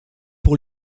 pour